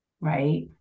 right